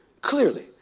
clearly